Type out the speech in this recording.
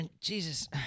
Jesus